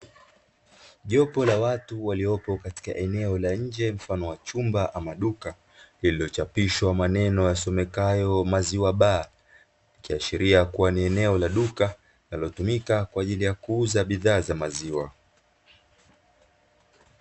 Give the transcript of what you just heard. Jopo la watu waliopo katika eneo la nje mfano wa chumba ama duka lililochapishwa maneno ya somekayo maziwa baa, ikiashiria ni eneo la duka linalotumika kwa ajili ya kuuza bidhaa za maziwa.